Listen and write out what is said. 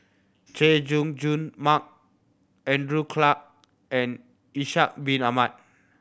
Chay Jung Jun Mark Andrew Clarke and Ishak Bin Ahmad